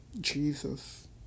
Jesus